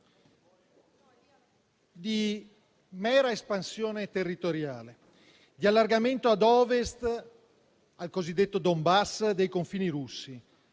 di mera espansione territoriale, di allargamento ad Ovest, al cosiddetto Donbass, dei confini russi.